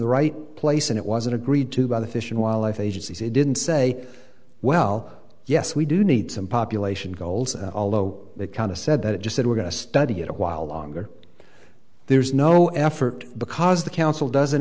the right place and it wasn't agreed to by the fish and wildlife agencies it didn't say well yes we do need some population goals although that kind of said that it just said we're going to study it a while longer there's no effort because the council doesn't